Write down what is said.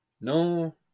No